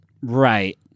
Right